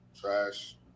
trash